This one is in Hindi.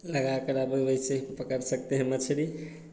लगाकर अब वैसे पकड़ सकते हैं मछली